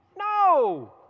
No